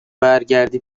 برگردی